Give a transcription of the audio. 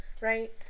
Right